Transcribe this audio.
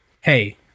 hey